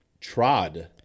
trod